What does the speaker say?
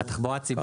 לכך כסף?